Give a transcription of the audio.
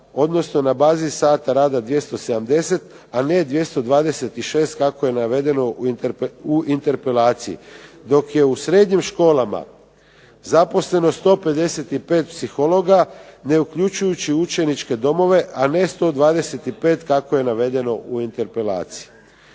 odnosno na bazi sata rada 270, a ne 226 kako je navedeno u interpelaciji, dok je u srednjim školama zaposleno 155 psihologa, ne uključujući učeničke domove a ne 125 kako je navedeno u interpelaciji.